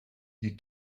you